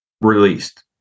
released